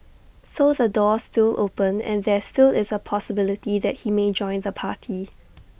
so the door's still open and there still is A possibility that he may join the party